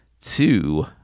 two